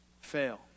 fail